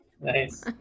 Nice